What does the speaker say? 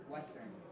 Western